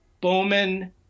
bowman